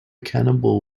cannibal